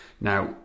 Now